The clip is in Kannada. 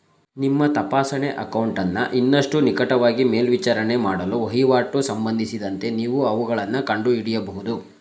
ನಿಮ್ಮ ತಪಾಸಣೆ ಅಕೌಂಟನ್ನ ಇನ್ನಷ್ಟು ನಿಕಟವಾಗಿ ಮೇಲ್ವಿಚಾರಣೆ ಮಾಡಲು ವಹಿವಾಟು ಸಂಬಂಧಿಸಿದಂತೆ ನೀವು ಅವುಗಳನ್ನ ಕಂಡುಹಿಡಿಯಬಹುದು